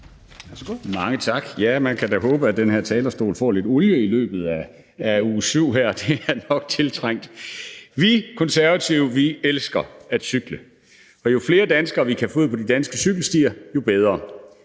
Mange tak. Man kan da håbe, at den her talerstol får lidt olie i løbet af uge 7, det er nok tiltrængt. Vi Konservative elsker at cykle, og jo flere danskere, vi kan få ud på de danske cykelstier, jo bedre.